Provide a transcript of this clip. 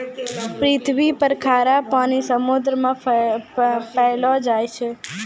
पृथ्वी पर खारा पानी समुन्द्र मे पैलो जाय छै